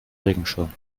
regenschirm